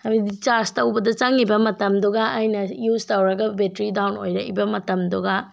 ꯍꯥꯏꯕꯗꯤ ꯆꯥꯔꯖ ꯇꯧꯕꯗ ꯆꯪꯏꯕ ꯃꯇꯝꯗꯨꯒ ꯑꯩꯅ ꯌꯨꯁ ꯇꯧꯔꯒ ꯕꯦꯇ꯭ꯔꯤ ꯗꯥꯎꯟ ꯑꯣꯏꯔꯛꯏꯕ ꯃꯇꯝꯗꯨꯒ